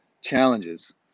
Challenges